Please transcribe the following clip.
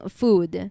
food